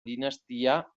dinastia